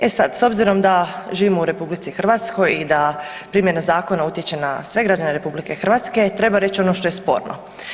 E sad, s obzirom da živimo u RH i da primjena zakona utječe na sve građane RH treba reći ono što je sporno.